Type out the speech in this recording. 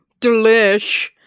Delish